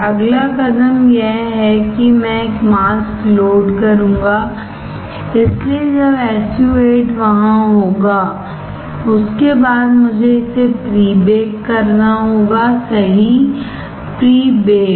अगला कदम यह है कि मैं एक मास्क लोड करूंगा इसलिए जब SU 8 वहां होगा उसके बाद मुझे इसे प्री बेक करना होगा सही प्री बेक्ड